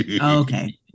Okay